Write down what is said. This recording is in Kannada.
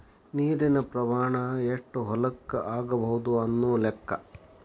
ನೇರಿನ ಪ್ರಮಾಣಾ ಎಷ್ಟ ಹೊಲಕ್ಕ ಆಗಬಹುದು ಅನ್ನು ಲೆಕ್ಕಾ